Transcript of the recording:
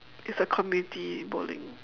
it's a community bowling